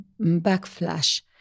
backflash